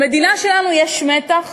למדינה שלנו יש מתח